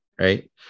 right